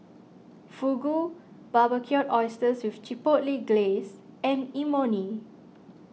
Fugu Barbecued Oysters with Chipotle Glaze and Imoni